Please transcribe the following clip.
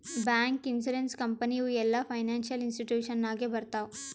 bank, insurance company ಇವು ಎಲ್ಲಾ financial institution ನಾಗೆ ಬರ್ತಾವ್